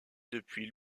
depuis